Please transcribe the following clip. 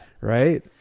right